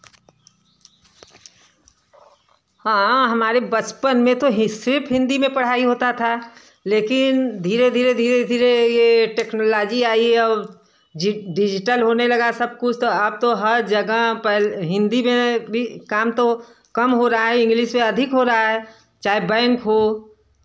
हाँ हमारे बचपन में तो ही सिर्फ़ हिंदी में पढ़ाई होता था लेकिन धीरे धीरे धीरे धीरे यह टेक्नोलाजी आई और जि डिजिटल होने लगा सब कुछ तो अब तो हर जगह पर हिंदी में भी काम तो कम हो रहा है इंग्लिस से अधिक हो रहा है चाहे बैंक